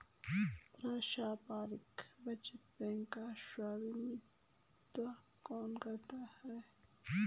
पारस्परिक बचत बैंक का स्वामित्व कौन करता है?